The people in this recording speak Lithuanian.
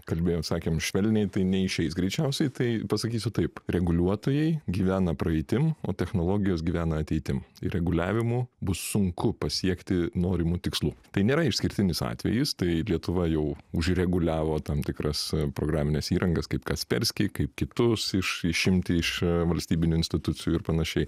kalbėjom sakėm švelniai tai neišeis greičiausiai tai pasakysiu taip reguliuotojai gyvena praeitim o technologijos gyvena ateitim ir reguliavimu bus sunku pasiekti norimų tikslų tai nėra išskirtinis atvejis tai lietuva jau už reguliavo tam tikras programines įrangas kaip kasperski kaip kitus iš išimti iš valstybinių institucijų ir panašiai